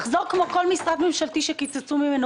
תחזור כמו כל משרד ממשלתי שקיצצו ממנו